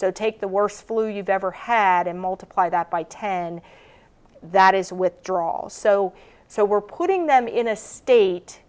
so take the worst flu you've ever had and multiply that by ten that is withdrawals so so we're putting them in a state